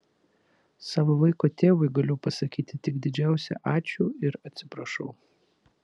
savo vaiko tėvui galiu pasakyti tik didžiausią ačiū ir atsiprašau